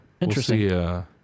Interesting